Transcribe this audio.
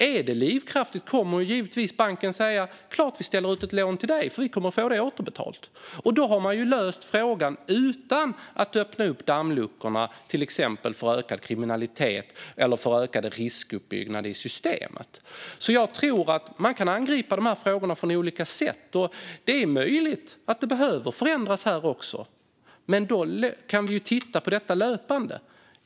Om det är livskraftigt kommer banken givetvis att säga att det är klart att man ställer ut ett lån eftersom det kommer att återbetalas. Då har frågan lösts utan att dammluckorna öppnats för ökad kriminalitet eller ökad riskuppbyggnad i systemet. Man kan angripa frågorna på olika sätt. Det är möjligt att det behövs en förändring även här. Men då kan vi titta på detta löpande.